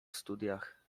studiach